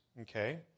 Okay